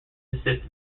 assistance